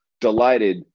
delighted